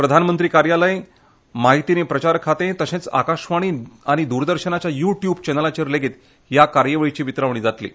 प्रधानमंत्री मुख्यालय म्हायती आनी प्रचार खातें तशेंच आकाशवाणी आनी द्रदर्शनाच्या यू ट्युब चॅनलांचेर लेगीत हे कार्यावळीची वितरावणी जातली